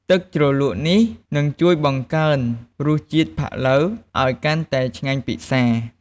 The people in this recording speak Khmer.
ទឹកជ្រលក់នេះនឹងជួយបង្កើនរសជាតិផាក់ឡូវឱ្យកាន់តែឆ្ងាញ់ពិសា។